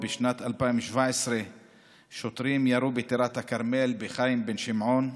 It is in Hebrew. בשנת 2017 שוטרים ירו בטירת הכרמל בחיים בן שמעון,